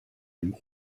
dem